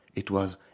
it was,